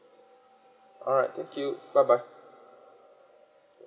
alright thank you bye bye